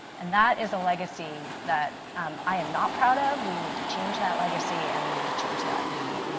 and that is a legacy that i am not proud of, we need to change that legacy and we need to change that now.